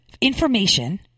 Information